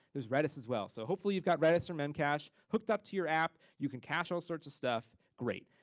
there's redis as well. so hopefully you've got redis or memcache hook upped to your app. you can cache all sorts of stuff, great.